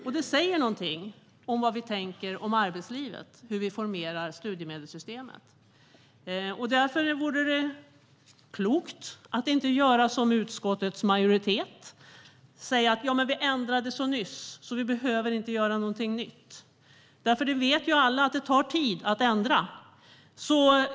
Hur vi utformar studiemedelssystemet säger något om vad vi tänker om arbetslivet. Därför vore det klokt att inte göra som utskottets majoritet, nämligen att säga att systemet ändrades nyss så att något nytt inte behöver göras. Vi vet alla att det tar tid att ändra.